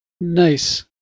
Nice